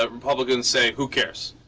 ah republican sake who cares